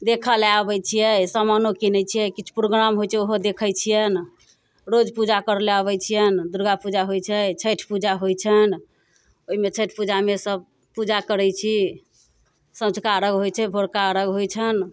देखऽ लए आबै छियै समानो किनै छियै किछु प्रोग्राम होइ छै ओहो देखै छियनि रोज पूजा करै लए अबै छियनि दुर्गापूजा होइ छै छठि पूजा होइ छनि ओइमे छठि पूजामे सभ पूजा करै छी सँझुका अर्घ होइ छै भोरका अर्घ होइ छनि